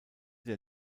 der